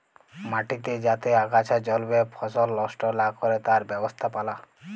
মাটিতে যাতে আগাছা জল্মে ফসল লস্ট লা ক্যরে তার ব্যবস্থাপালা